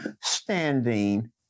standing